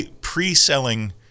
pre-selling